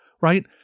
Right